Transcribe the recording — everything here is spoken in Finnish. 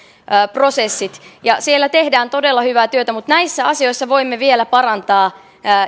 prosessit siellä tehdään todella hyvää työtä mutta näissä asioissa voimme vielä parantaa